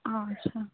હા સા